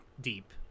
deep